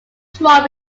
drawn